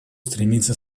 стремится